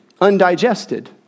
undigested